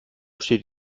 steht